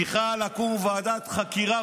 צריכה לקום ועדת חקירה,